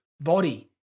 body